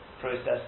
process